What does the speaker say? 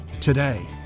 today